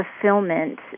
fulfillment